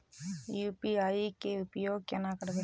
UPI के उपयोग केना करबे?